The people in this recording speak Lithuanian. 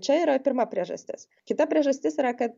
čia yra pirma priežastis kita priežastis yra kad